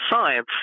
science